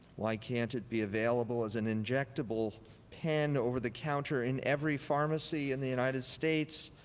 why can't it be available as an injectable pen over the counter in every pharmacy in the united states,